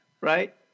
right